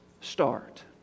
start